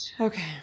Okay